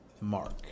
Mark